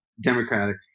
Democratic